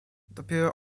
dopiero